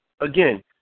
again